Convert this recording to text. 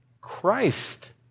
Christ